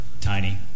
Tiny